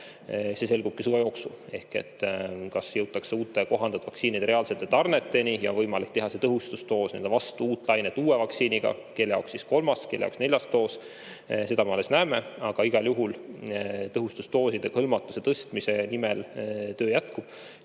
see selgubki suve jooksul. Kas jõutakse uute, kohandatud vaktsiinide reaalsete tarneteni ja on võimalik teha see tõhustusdoos vastu uut lainet uue vaktsiiniga, kelle jaoks siis kolmas, kelle jaoks neljas doos, seda me alles näeme. Aga igal juhul tõhustusdoosidega hõlmatuse tõstmise nimel töö jätkub